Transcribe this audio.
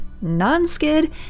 non-skid